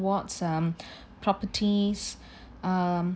vote some properties um